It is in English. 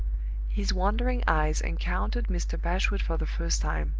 his wandering eyes encountered mr. bashwood for the first time.